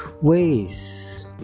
ways